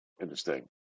interesting